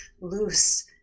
loose